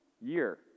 year